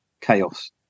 chaos